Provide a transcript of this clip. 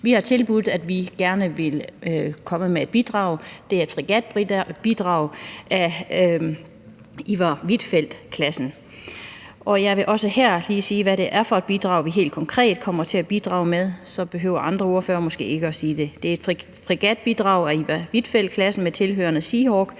Vi har tilbudt, at vi gerne vil komme med et bidrag. Det er et fregatbidrag af Iver Huitfeldt-klassen. Jeg vil også her lige sige, hvad det er for et bidrag, vi helt konkret kommer til at bidrage med; så behøver andre ordførere måske ikke at sige det. Det er som sagt et fregatbidrag af Iver Huitfeldt-klassen med tilhørende